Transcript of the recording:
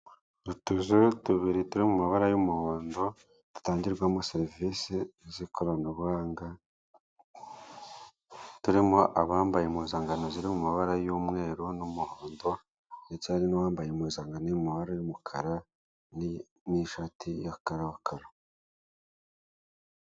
Utuzu tubiri turi mumabara y'umuhondo dutangirwamo serivisi z'ikoranabuhanga turimo abambaye impuzankano ziri mumabara y'umweru n'umuhondo ndetse hari n'uwambaye impuzankano iri mumabara y'umukara n'ishati ya karokaro